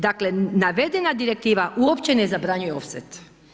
Dakle, navedena direktiva uopće ne zabranjuje ofset.